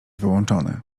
wyłączony